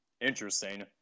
Interesting